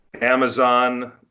Amazon